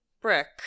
Brick